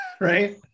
Right